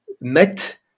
met